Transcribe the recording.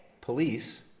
Police